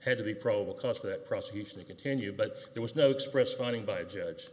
had to be probable cause that prosecution continued but there was no express finding by a judge